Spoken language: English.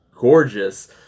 gorgeous